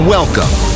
Welcome